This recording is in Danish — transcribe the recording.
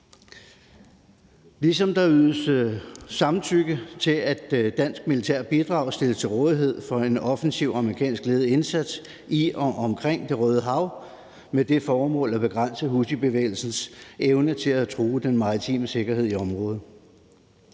ligesom der ydes samtykke til, at danske militære bidrag stilles til rådighed for en offensiv amerikansk ledet indsats i og omkring Det Røde Hav med det formål at begrænse houthibevægelsens evne til at true den maritime sikkerhed i området.